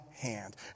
hand